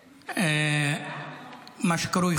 נגמר.